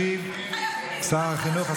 ישיב שר החינוך,